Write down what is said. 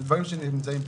אלה דברים שנמצאים פה,